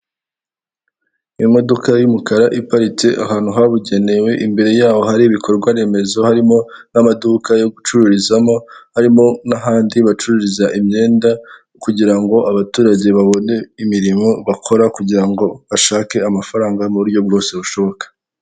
Imodoka y'umukara iparitse ahantu habugenewe imbere y'aho hari ibikorwa remezo, harimo n'amaduka yo gucururizamo, harimo n'ahandi bacururiza imyenda kugira ngo abaturage babone imirimo bakora, kugira ngo bashake amafaranga mu buryo bwose bushoboka.